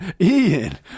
Ian